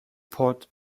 port